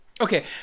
Okay